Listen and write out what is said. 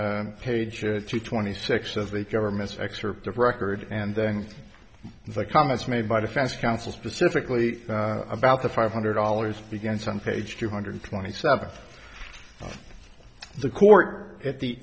page twenty six of the government's excerpts of record and then the comments made by defense counsel specifically about the five hundred dollars begins on page two hundred twenty seven the court at the